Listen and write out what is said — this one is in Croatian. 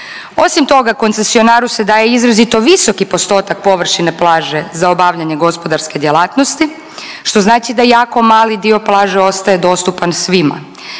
Osim toga koncesionaru se daje izrazito visoki postotak površine plaže za obavljanje gospodarske djelatnosti što znači da jako mali dio plaže ostaje dostupan svima.